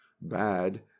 bad